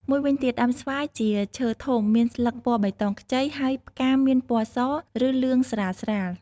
មួយវិញទៀតដើមស្វាយជាឈើធំ មានស្លឹកពណ៌បៃតងខ្ចី ហើយផ្កាមានពណ៌ស ឬលឿងស្រាលៗ។